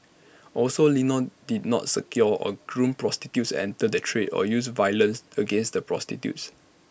also Lino did not secure or groom prostitutes enter the trade or use violence against the prostitutes